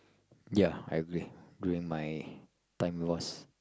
ya I agree during my time was